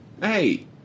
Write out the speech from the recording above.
Hey